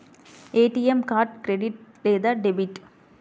ATM card credit లేదా debit?